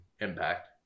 impact